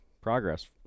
progress